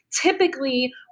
typically